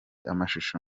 amashusho